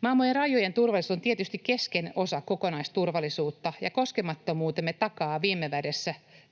Maamme rajojen turvallisuus on tietysti keskeinen osa kokonaisturvallisuutta, ja koskemattomuutemme takaa